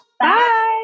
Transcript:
Bye